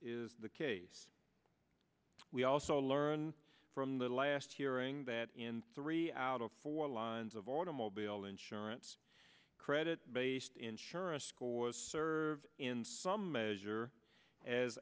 is the case we also learn from the last hearing that in three out of four lines of automobile insurance credit based insurance scores served in some measure as